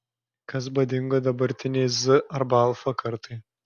kas būdinga dabartinei z arba alfa kartai